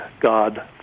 God